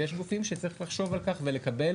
ויש גופים שצריך לחשוב על כך ולקבל